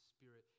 Spirit